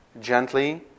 gently